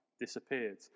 disappeared